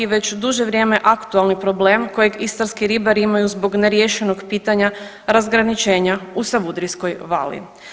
već druže vrijeme aktualni problem kojeg istarski ribari imaju zbog neriješenog pitanja razgraničenja u Savudrijskoj vali.